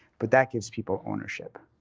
but that gives people ownership.